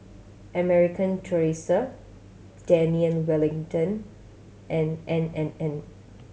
American Tourister Daniel Wellington and N and N